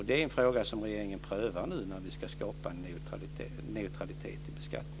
Det är en fråga som regeringen nu prövar när vi skapa neutralitet i beskattningen.